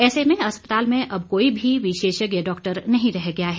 ऐसे में अस्पताल में अब कोई भी विशेषज्ञ डाक्टर नहीं रह गया है